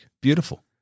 Beautiful